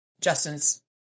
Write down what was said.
Justin's